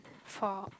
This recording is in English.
for